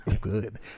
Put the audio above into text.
good